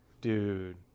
Dude